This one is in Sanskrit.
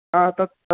आ तत् तत्